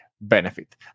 benefit